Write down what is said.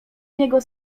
niego